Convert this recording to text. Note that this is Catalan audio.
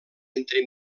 entre